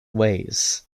ways